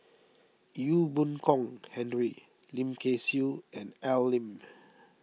Ee Boon Kong Henry Lim Kay Siu and Al Lim